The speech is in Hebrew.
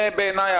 בעיניי,